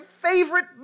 favorite